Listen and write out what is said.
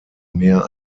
mehr